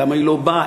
למה היא לא באה,